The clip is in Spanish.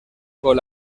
con